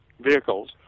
vehicles